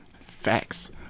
facts